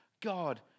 God